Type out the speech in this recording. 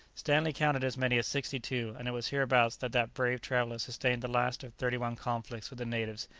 stanley counted as many as sixty-two, and it was hereabouts that that brave traveller sustained the last of thirty-one conflicts with the natives,